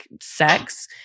sex